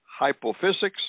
hypophysics